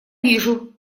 вижу